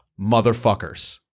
motherfuckers